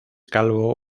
calvo